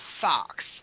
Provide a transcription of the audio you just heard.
Fox